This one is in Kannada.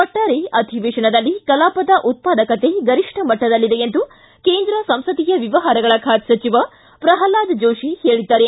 ಒಟ್ಲಾರೆ ಅಧಿವೇಶನದಲ್ಲಿ ಕಲಾಪದ ಉತ್ವಾದಕತೆ ಗರಿಷ್ಠ ಮಟ್ಟದಲ್ಲಿದೆ ಎಂದು ಕೇಂದ್ರ ಸಂಸದೀಯ ಮ್ಯವಹಾರಗಳ ಖಾತೆ ಸಚಿವ ಪ್ರಲ್ವಾದ್ ಜೋಶಿ ತಿಳಿಸಿದ್ದಾರೆ